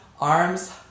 arms